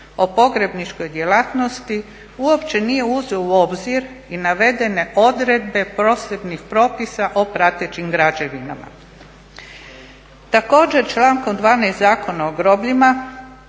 o pogrebničkoj djelatnosti uopće nije uzeo u obzir i navedene odredbe posebnih propisa o pratećim građevinama. Također, člankom 12. Zakona o grobljima